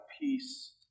peace